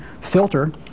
filter